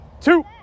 two